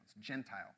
Gentile